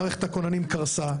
מערכת הכוננים קרסה,